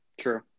True